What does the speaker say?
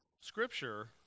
scripture